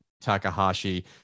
Takahashi